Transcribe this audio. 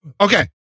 Okay